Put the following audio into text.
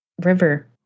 River